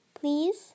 Please